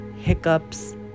hiccups